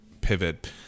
pivot